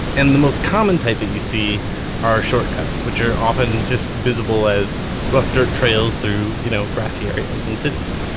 and the most common type that you see are shortcuts, which are often just visible as rough dirt trails through you know grassy areas in cities.